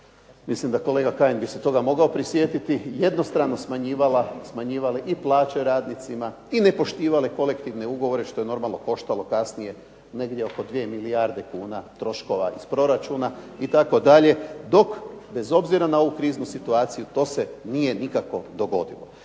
mislim da kolega Kajin bi se toga mogao prisjetiti, jednostrano smanjivala, smanjivale i plaće radnicima i nepoštivane kolektivne ugovore što je normalno koštalo kasnije negdje oko 2 milijarde kuna troškova s proračuna itd., dok bez obzira na ovu kriznu situaciju to se nije nikako dogodilo.